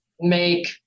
make